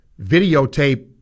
videotape